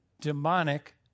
demonic